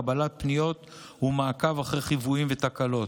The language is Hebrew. קבלת פניות ומעקב אחרי חיוויים ותקלות.